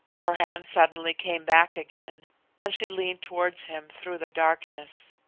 her hand suddenly came back again and she leaned towards him through the darkness.